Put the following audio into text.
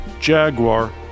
Jaguar